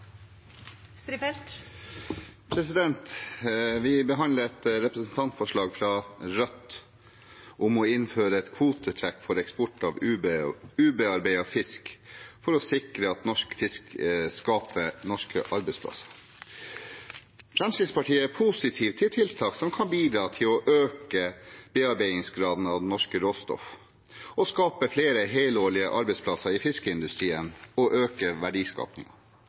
Vi behandler et representantforslag fra Rødt om å innføre et kvotetrekk for eksport av ubearbeidet fisk for å sikre at norsk fisk skaper norske arbeidsplasser. Fremskrittspartiet er positiv til tiltak som kan bidra til å øke bearbeidingsgraden av norsk råstoff, skape flere helårige arbeidsplasser i fiskeindustrien og øke